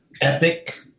epic